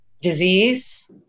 disease